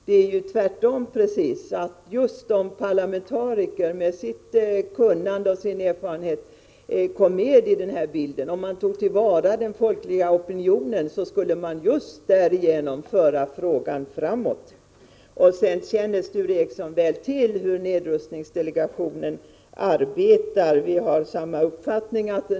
Det är ju precis tvärtom: Om parlamentariker med sitt kunnande och sin erfarenhet kom med i bilden, om man tog till vara den folkliga opinionen, så skulle man just därigenom föra frågan framåt. Vidare känner Sture Ericson väl till hur nedrustningsdelegationen arbetar, och vi har samma uppfattning på den punkten.